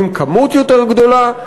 אנחנו חושבים שאנחנו קונים כמות יותר גדולה,